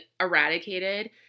eradicated